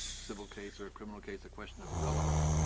civil case or a criminal case, the question of relevance,